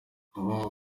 kuba